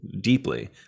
deeply